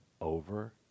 over